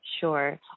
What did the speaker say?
sure